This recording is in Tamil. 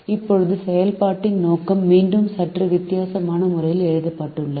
இப்போது செயல்பாட்டின் நோக்கம் மீண்டும் சற்று வித்தியாசமான முறையில் எழுதப்பட்டுள்ளது